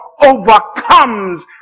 overcomes